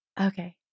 Okay